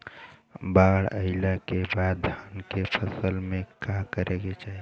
बाढ़ आइले के बाद धान के फसल में का करे के चाही?